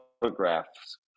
photographs